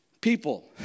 people